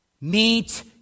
Meet